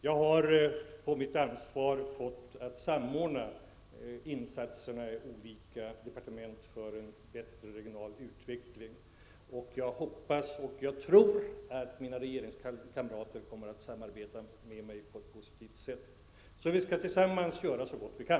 Jag har fått på mitt ansvar att samordna insatserna i olika departement för en regional utveckling, och jag hoppas och tror att mina regeringskamrater kommer att samarbeta med mig på ett positivt sätt. Vi skall tillsammans göra så gott vi kan.